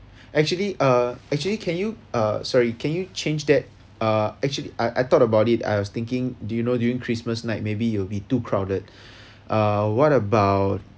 actually uh actually can you uh sorry can you change that uh actually uh I thought about it I was thinking do you know during christmas night maybe you will be too crowded uh what about